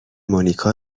مونیکا